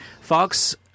Fox